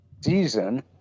season